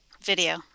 Video